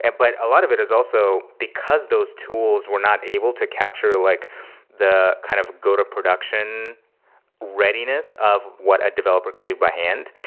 and but a lot of it is also because those tools were not able to capture like the kind of go-to-production readiness of what a developer could do by hand,